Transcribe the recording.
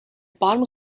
bottom